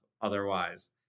otherwise